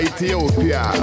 Ethiopia